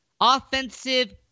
offensive